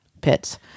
Pits